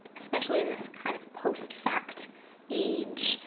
especially in this, kind of, post fact age,